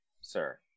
sir